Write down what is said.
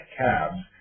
cabs